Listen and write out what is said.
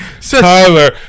Tyler